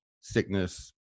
sickness